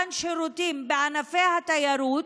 מתן שירותים בענפי התיירות,